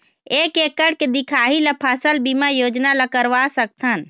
एक एकड़ के दिखाही ला फसल बीमा योजना ला करवा सकथन?